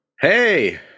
Hey